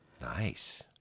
Nice